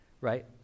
right